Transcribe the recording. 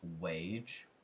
wage